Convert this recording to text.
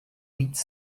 víc